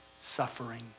suffering